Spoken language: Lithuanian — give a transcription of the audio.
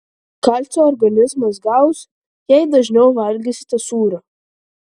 kalcio organizmas gaus jei dažniau valgysite sūrio